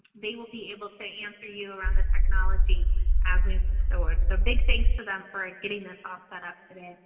they will be able to answer you around the technology as we move forward. so big thanks to them for getting this all setup today.